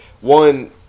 one